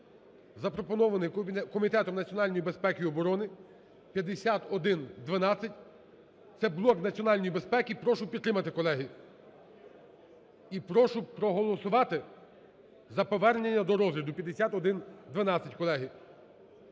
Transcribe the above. запропонований Комітетом національної безпеки і оборони 5112, це блок національної безпеки. Прошу підтримати, колеги. І прошу проголосувати за повернення до розгляду 5112, колеги.